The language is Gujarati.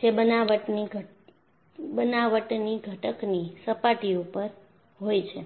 જે બનાવટની ઘટકની સપાટી ઉપર હોય છે